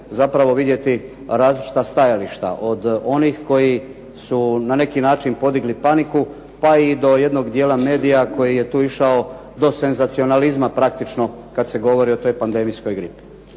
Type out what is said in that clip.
zapravo vidjeti različita stajališta, od onih koji su na neki način podigli paniku, pa i do jednog dijela medija koji je tu išao do senzacionalizma praktično kad se govori o toj pandemijskoj gripi.